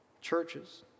churches